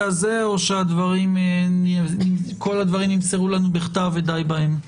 הזה או שכל הדברים נמסרו לנו בכתב ודי בהם?